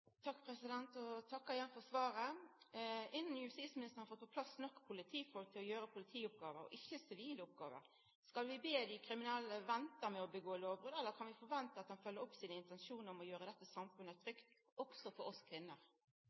igjen for svaret. Innan justisministeren får på plass nok politifolk til å gjera politioppgåver og ikkje sivile oppgåver, skal vi be dei kriminelle venta med å gjera lovbrot, eller kan vi forventa at han følgjer opp intensjonen sin om å gjera dette samfunnet trygt også for oss kvinner?